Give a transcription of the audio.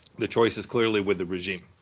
the choice is clearly with the regime.